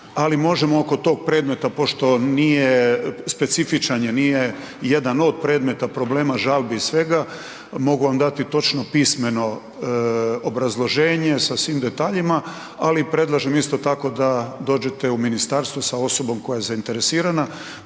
Ali možemo oko tog predmeta pošto nije, specifičan je, nije jedan od predmeta problema, žalbi i svega. Mogu vam dati točno pismeno obrazloženje sa svim detaljima ali predlažem isto tako da dođete u ministarstvo sa osobom koja je zainteresirana